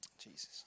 Jesus